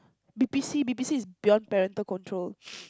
B_P_C B_P_C is beyond parental control